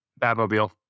Batmobile